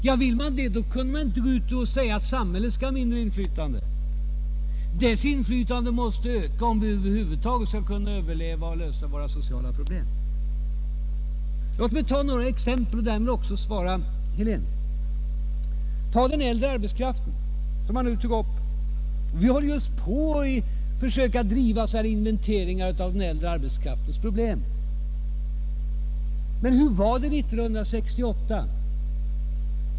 Och om man vill det kan man inte påstå att samhället skall ha mindre inflytande. Dess inflytande måste öka, om det över huvud taget skall kunna överleva och lösa våra sociala problem. Låt mig ta några exempel och därmed också svara herr Helén. Jag kan börja med frågan om den äldre arbetskraften, som han berörde. Vi håller just på att försöka göra en inventering av den äldre arbetskraftens problem. Men hur var det 1968?